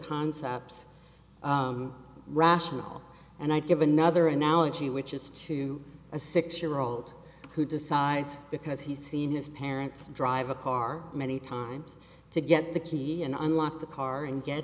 terms ups rational and i give another analogy which is to a six year old who decides because he's seen his parents drive a car many times to get the key and unlock the car and get